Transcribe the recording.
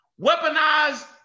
weaponized